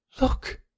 Look